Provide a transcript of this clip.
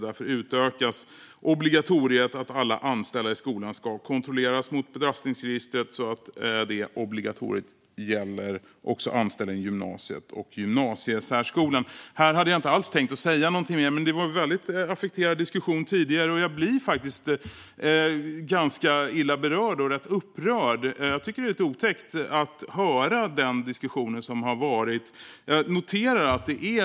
Därför utökas obligatoriet att alla anställda i skolan ska kontrolleras mot belastningsregistret, så att det också gäller anställda inom gymnasiet och gymnasiesärskolan. Här hade jag inte alls tänkt säga något mer, men det var en väldigt affekterad diskussion tidigare. Jag blir faktiskt ganska upprörd. Det är otäckt att höra den diskussion som har varit.